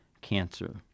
cancer